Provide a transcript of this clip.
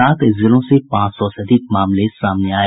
सात जिलों से पांच सौ से अधिक मामले सामने आये